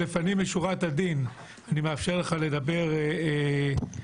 שלפנים משורת הדין אני מאפשר לך לדבר בזום,